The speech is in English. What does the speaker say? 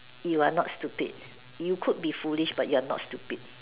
you are not stupid you could be foolish but you are not stupid